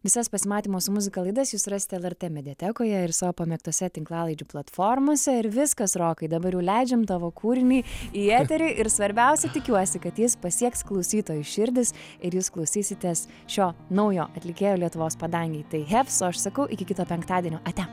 visas pasimatymo su muzika laidas jūs rasite lrt mediatekoje ir savo pamėgtose tinklalaidžių platformose ir viskas rokai dabar jau leidžiam tavo kūrinį į eterį ir svarbiausia tikiuosi kad jis pasieks klausytojų širdis ir jūs klausysitės šio naujo atlikėjo lietuvos padangėj tai heavs o aš sakau iki kito penktadienio ate